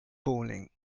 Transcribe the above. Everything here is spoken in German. bowling